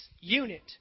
unit